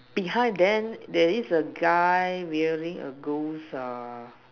behind them there is a guy using a ghost uh